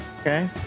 Okay